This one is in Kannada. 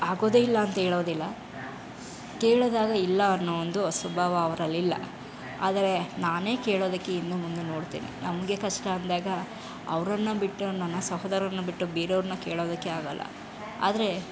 ಆಗೋದೇ ಇಲ್ಲ ಅಂಥೇಳೋದಿಲ್ಲ ಕೇಳೋದಾದರೆ ಇಲ್ಲ ಅನ್ನೋ ಒಂದು ಸ್ವಭಾವ ಅವರಲ್ಲಿಲ್ಲ ಆದರೆ ನಾನೇ ಕೇಳೋದಕ್ಕೆ ಹಿಂದು ಮುಂದು ನೋಡುತ್ತೇನೆ ನಮಗೆ ಕಷ್ಟ ಅಂದಾಗ ಅವರನ್ನ ಬಿಟ್ಟು ನನ್ನ ಸಹೋದರರನ್ನ ಬಿಟ್ಟು ಬೇರೆಯವ್ರನ್ನ ಕೇಳೋದಕ್ಕೆ ಆಗೋಲ್ಲ ಆದರೆ